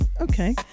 Okay